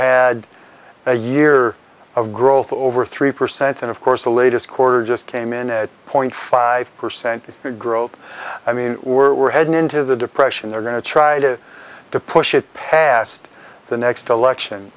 had a year of growth over three percent and of course the latest quarter just came in eight point five percent growth i mean we're heading into the depression they're going to try to push it past the next election